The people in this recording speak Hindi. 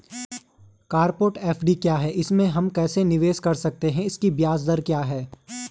कॉरपोरेट एफ.डी क्या है इसमें हम कैसे निवेश कर सकते हैं इसकी ब्याज दर क्या है?